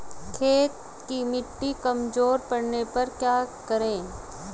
खेत की मिटी कमजोर पड़ने पर क्या करें?